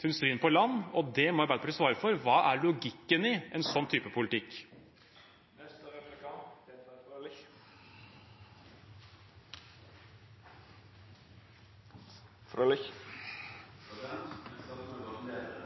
til industrien på land, og det må Arbeiderpartiet svare for: Hva er logikken i en sånn type politikk? Jeg vil starte med å gratulere Moxnes og